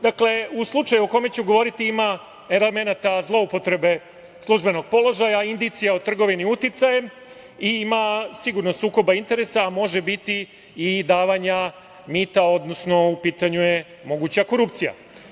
Dakle, o slučaju o kom ću govoriti, ima elemenata zloupotrebe službenog položaja, indicija o trgovini uticajem i ima sigurno sukoba interesa, a može biti i davanja mita odnosno u pitanju je moguća korupcija.